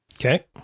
Okay